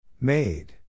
Made